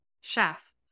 chefs